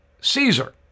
Caesar